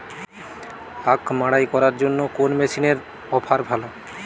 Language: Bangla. আখ মাড়াই করার জন্য কোন মেশিনের অফার ভালো?